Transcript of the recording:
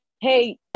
hey